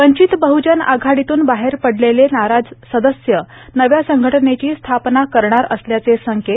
वंचित बहजन आघाडीतून बाहेर पडलेले नाराज सदस्य नव्या संघटनेची स्थापना करणार असल्याचे संकेत